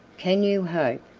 can you hope,